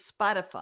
Spotify